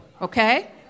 okay